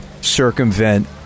circumvent